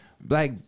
Black